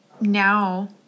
now